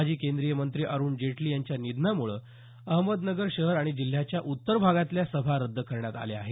माजी केंद्रीय मंत्री अरुण जेटली यांच्या निधनामुळे अहमदनगर शहर आणि जिल्ह्याच्या उत्तर भागातल्या सभा रद्द करण्यात आल्या आहेत